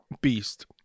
Beast